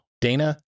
Dana